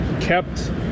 kept